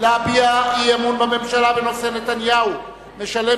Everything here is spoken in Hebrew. להביע אי-אמון בממשלה בנושא: נתניהו משלם